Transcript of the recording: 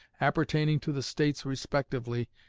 appertaining to the states respectively,